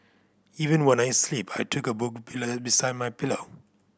even when I sleep I took a book beside my pillow